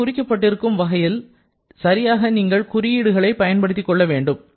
இங்கே குறிக்கப்பட்டிருக்கும் வகையில் சரியாக நீங்கள் குறியீடுகளை பயன்படுத்திக் கொள்ள வேண்டும்